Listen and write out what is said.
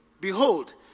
Behold